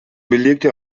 belegte